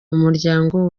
umuryango